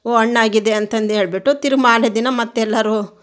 ಓ ಹಣ್ಣಾಗಿದೆ ಅಂತಂದು ಹೇಳ್ಬಿಟ್ಟು ತಿರು ಮಾರನೇ ದಿನ ಮತ್ತು ಎಲ್ಲರೂ